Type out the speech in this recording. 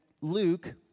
Luke